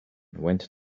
went